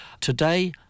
today